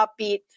upbeat